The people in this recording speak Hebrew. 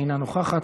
אינה נוכחת,